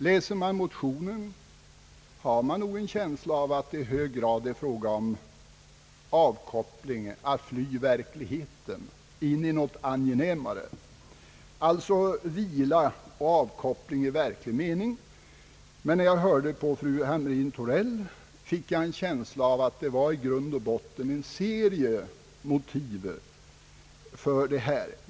Läser man motionen, får man nog en känsla av att det i hög grad är fråga om avkoppling, att »fly verkligheten» in i något angenämare — alltså vila och avkoppling i verklig mening. Men när jag hörde på fru Hamrin-Thorell, fick jag en känsla av att det i grund och botten var fråga om en serie motiv för detta krav.